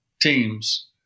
teams